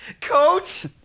Coach